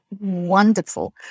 wonderful